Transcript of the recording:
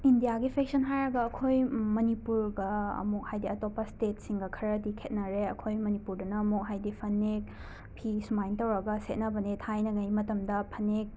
ꯏꯟꯗ꯭ꯌꯥꯒꯤ ꯐꯦꯁꯟ ꯍꯥꯏꯔꯒ ꯑꯩꯈꯣꯏ ꯃꯅꯤꯄꯨꯔꯒ ꯑꯃꯨꯛ ꯍꯥꯏꯗꯤ ꯑꯇꯣꯞꯄ ꯁ꯭ꯇꯦꯠꯁꯤꯡꯒ ꯈꯔꯗꯤ ꯈꯦꯠꯅꯔꯦ ꯑꯩꯈꯣꯏ ꯃꯅꯤꯄꯨꯔꯗꯅ ꯑꯃꯨꯛ ꯍꯥꯏꯗꯤ ꯐꯅꯦꯛ ꯐꯤ ꯁꯨꯃꯥꯏꯅ ꯇꯧꯔꯒ ꯁꯦꯠꯅꯕꯅꯦ ꯊꯥꯏꯅꯉꯩ ꯃꯇꯝꯗ ꯐꯅꯦꯛ